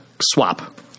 Swap